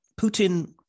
Putin